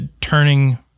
turning